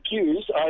accused